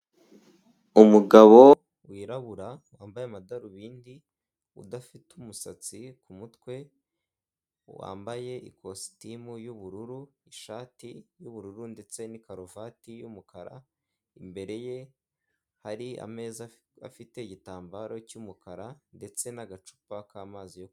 Umugabo wirabura wambaye amadarubindi udafite umusatsi ku mutwe wambaye ikositimu y'ubururu, ishati y,ubururu ndetse n'ikaruvati y'umukara imbere ye hari ameza afite igitambaro cy'umukara ndetse n'agacupa k'amazi yo kunywa.